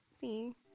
See